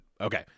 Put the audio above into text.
Okay